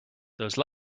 those